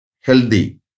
healthy